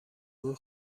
بود